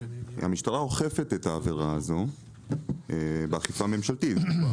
המשטרה אוכפת את העבירה הזו באכיפה ממשלתית.